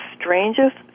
strangest